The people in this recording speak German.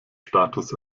status